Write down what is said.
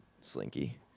slinky